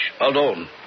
alone